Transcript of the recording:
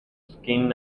skin